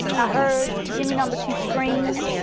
i heard jimmy number two scream.